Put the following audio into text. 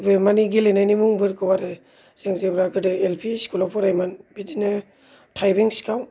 गेलेनायनि मुंफोरखौ आरो जों जेब्ला गोदो एल पि स्कुलाव फरायोमोन बिदिनो थाइबें सिखाव